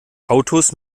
autos